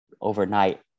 overnight